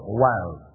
wild